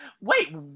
wait